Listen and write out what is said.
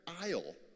aisle